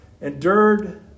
endured